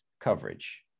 coverage